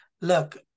look